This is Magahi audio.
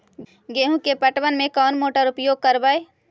गेंहू के पटवन में कौन मोटर उपयोग करवय?